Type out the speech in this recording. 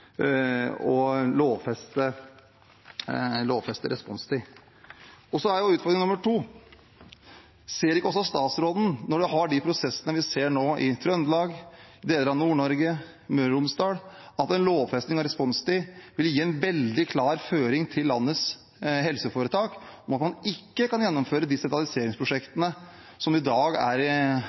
å lovfeste responstid? Og så utfordring nr. 2: Ser ikke også statsråden, når man har de prosessene vi ser nå i Trøndelag, deler av Nord-Norge og Møre og Romsdal, at en lovfesting av responstid vil gi en veldig klar føring til landets helseforetak om at man ikke kan gjennomføre de sentraliseringsprosjektene som i dag er